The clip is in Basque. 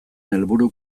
helburu